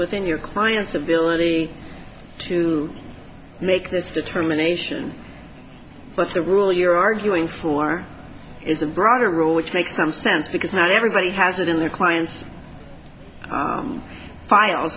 within your client's ability to make this determination but the rule you're arguing for is a broader rule which makes some sense because not everybody has it in their client's file